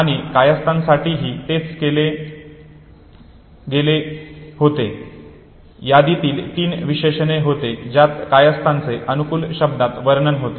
आणि कायस्थांसाठीही तेच केले गेले होते यादीतील तीन विशेषणे होती ज्यात कायस्थांचे अनुकूल शब्दांत वर्णन होते